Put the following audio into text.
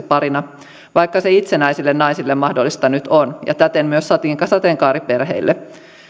parina vaikka se itsenäisille naisille mahdollista nyt on ja täten myös sateenkaariperheille